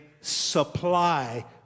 supply